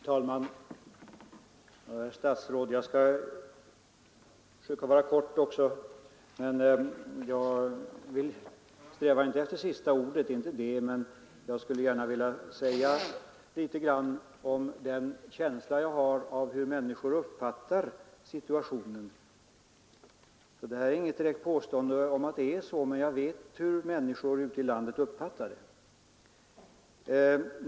Herr talman! Jag skall försöka fatta mig kort, herr statsråd. Jag strävar inte alls efter att få sista ordet. Men jag skulle gärna vilja säga några ord om hur människor ute i landet uppfattar situationen, eftersom jag tror mig veta en del om detta.